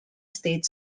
state